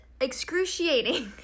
excruciating